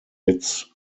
its